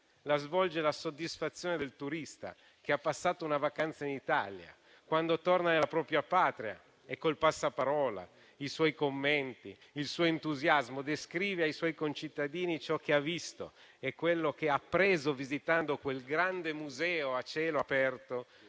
la svolge la soddisfazione del turista che ha passato una vacanza in Italia, quando torna nella propria patria e, col passaparola, i suoi commenti e il suo entusiasmo, descrive ai suoi concittadini ciò che ha visto e quello che ha appreso visitando quel grande museo a cielo aperto